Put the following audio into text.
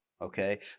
okay